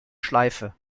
schleife